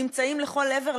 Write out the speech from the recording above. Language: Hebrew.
נמצאים בכל עבר,